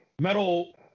metal